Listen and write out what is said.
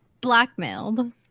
blackmailed